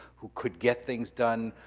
who could get things done,